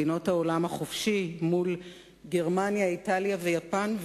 מדינות העולם החופשי, מול גרמניה, איטליה ויפן.